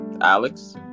Alex